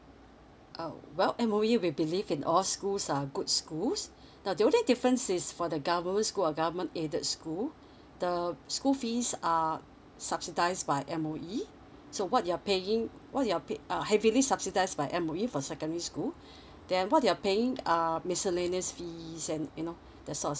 uh well M_O_E we believe in all schools are good schools now the only difference is for the government school and government aided school the school fees are subsidized by M_O_E so what you're paying what you're pay uh heavily subsidized by M_O_E for secondary school then what you are paying uh miscellaneous fees and you know that sort of